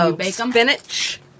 spinach